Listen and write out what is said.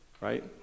right